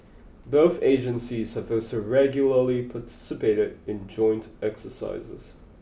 both agencies have also regularly participated in joint exercises